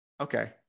Okay